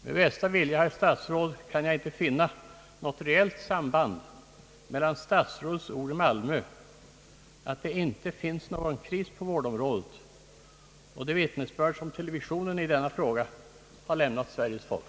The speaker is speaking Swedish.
Med bästa vilja, herr statsråd, kan jag inte finna något reellt samband mellan statsrådets ord i Malmö, att det inte finns någon kris på vårdområdet, och det vittnesbörd som televisionen i denna fråga har lämnat Sveriges folk.